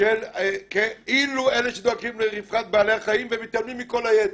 של כאילו אלה שדואגים לרווחת בעלי החיים ומתעלמים מכל היתר.